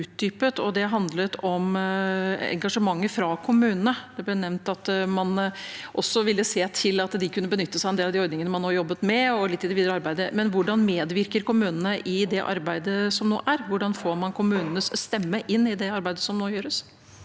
og det handler om engasjementet fra kommunene. Det ble nevnt at man også ville se til at de kunne benytte seg av en del av de ordningene man har jobbet med, og litt i det videre arbeidet, men hvordan medvirker kommunene i det arbeidet som nå er? Hvordan får man kommunenes stemme inn i det arbeidet som nå gjøres?